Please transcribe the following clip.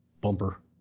bumper